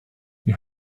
you